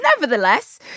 Nevertheless